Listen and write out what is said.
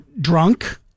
drunk